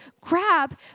grab